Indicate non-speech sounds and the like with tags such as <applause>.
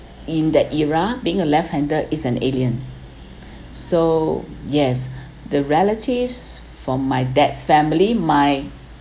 in that era being a left hander is an alien <breath> so yes <breath> the relatives from my dad's family my